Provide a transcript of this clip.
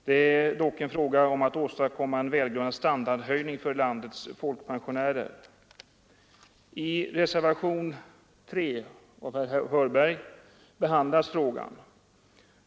Det är dock fråga om att åstadkomma en välgörande standardhöjning för landets folkpensionärer. I reservationen 3 av herr Hörberg behandlas frågan.